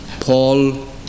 Paul